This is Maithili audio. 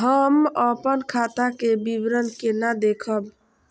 हम अपन खाता के विवरण केना देखब?